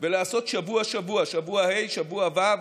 ולעשות שבוע-שבוע, שבוע ה' שבוע ו'